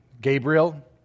Gabriel